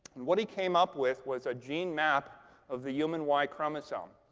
and what he came up with was a gene map of the human y chromosome.